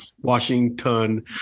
Washington